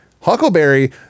Huckleberry